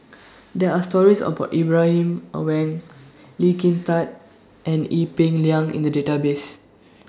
There Are stories about Ibrahim Awang Lee Kin Tat and Ee Peng Liang in The Database